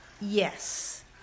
Yes